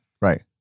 right